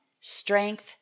strength